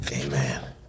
Amen